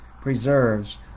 preserves